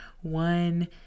one